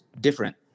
different